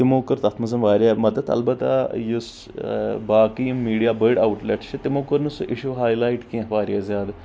تِمو کٔر تتھ منٛز واریاہ مدد البتہ یُس باقٕے یِم میٖڈیا بٔڑۍ اوٹ لٮ۪ٹ چھِ تِمو کوٚر نہٕ سُہ اشوٗ ہاے لایٹ کینٛہہ واریاہ زیادٕ